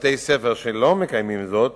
בתי-ספר שלא מקיימים זאת,